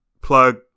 plug